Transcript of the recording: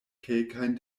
kelkajn